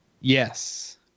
yes